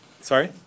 Sorry